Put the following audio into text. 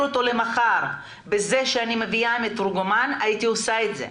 אותו למחר ולהביא מתורגמן הייתי עושה את זה,